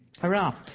Hurrah